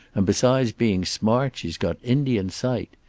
and besides being smart, she's got indian sight.